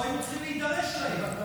לא היינו צריכים להידרש לעניין.